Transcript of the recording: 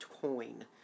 coin